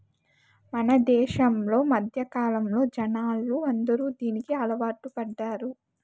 మన దేశంలో మధ్యకాలంలో జనాలు అందరూ దీనికి అలవాటు పడ్డారు